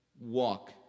walk